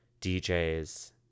DJs